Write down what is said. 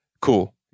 cool